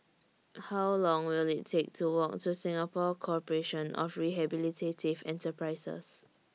How Long Will IT Take to Walk to Singapore Corporation of Rehabilitative Enterprises